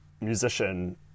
musician